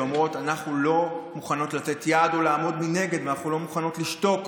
ואומרות: אנחנו לא מוכנים לתת יד או לעמוד מנגד ואנחנו לא מוכנות לשתוק